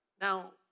Now